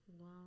Wow